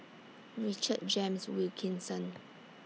Richard James Wilkinson